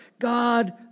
God